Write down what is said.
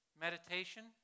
Meditation